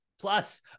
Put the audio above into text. Plus